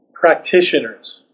Practitioners